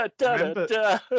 Remember